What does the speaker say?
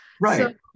right